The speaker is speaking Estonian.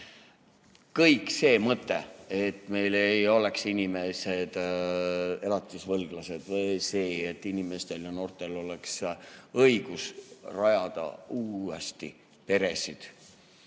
Kõik see mõte, et meil ei oleks inimesed elatisvõlglased, või see, et inimestel ja noortel oleks õigus rajada uuesti peresid